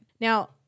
Now